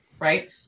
right